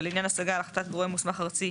ולעניין השגה על החלטת גורם מוסמך ארצי,